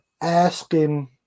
asking